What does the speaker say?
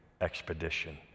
expedition